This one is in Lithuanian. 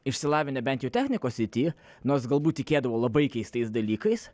išsilavinę bent jau technikos srity nors galbūt tikėdavo labai keistais dalykais